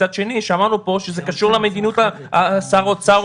מצד שני שמענו פה שזה קשור למדיניות שר האוצר.